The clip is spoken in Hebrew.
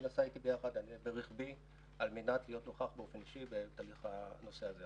היא נסעה איתי ביחד ברכבי על מנת להיות נוכח באופן אישי בנושא הזה.